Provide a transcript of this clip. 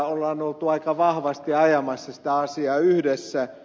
on oltu aika vahvasti ajamassa sitä asiaa yhdessä